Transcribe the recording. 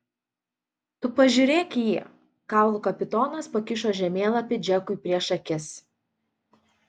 tu pažiūrėk jį kaulų kapitonas pakišo žemėlapį džekui prieš akis